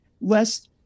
less